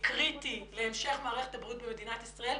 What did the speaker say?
קריטי להמשך מערכת הבריאות במדינת ישראל,